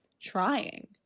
trying